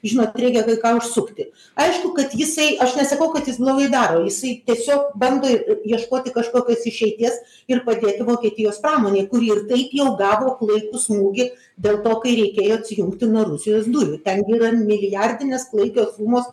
žinot reikia kai ką užsukti aišku kad jisai aš nesakau kad jis blogai daro jisai tiesiog bando ieškoti kažkokios išeities ir padėti vokietijos pramonei kuri ir taip jau gavo klaikų smūgį dėl to kai reikėjo atsijungti nuo rusijos dujų ten gi yra milijardinės klaikios sumos